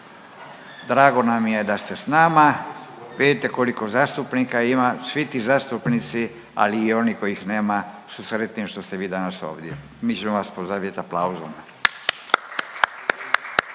Drago nam je da ste s nama, vidite koliko zastupnika ima, svi ti zastupnici ali i oni kojih nema su sretni što ste vi danas ovdje. Mi ćemo vas pozdrav aplauzom.